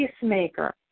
peacemaker